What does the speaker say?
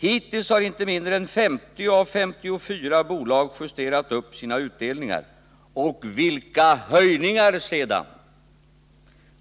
Hittills har inte mindre än 50 av 54 bolag justerat upp sina utdelningar. Och vilka höjningar sedan!